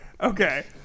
Okay